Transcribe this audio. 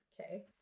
Okay